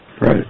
Right